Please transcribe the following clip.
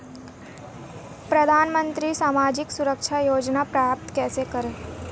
प्रधानमंत्री सामाजिक सुरक्षा योजना प्राप्त कैसे करें?